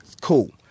Cool